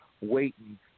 waiting